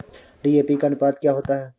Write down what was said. DAP का अनुपात क्या होता है?